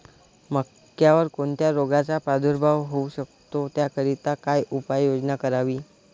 मक्यावर कोणत्या रोगाचा प्रादुर्भाव होऊ शकतो? त्याकरिता काय उपाययोजना करावी?